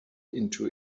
into